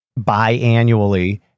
biannually